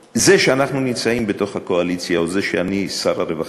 זה שאנחנו נמצאים בתוך הקואליציה או זה שאני שר הרווחה,